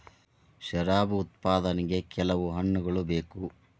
ಶರಾಬು ಉತ್ಪಾದನೆಗೆ ಕೆಲವು ಹಣ್ಣುಗಳ ಬೇಕು